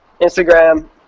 Instagram